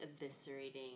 eviscerating